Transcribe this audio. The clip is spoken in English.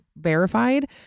verified